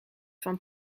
van